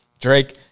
Drake